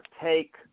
take